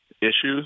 issues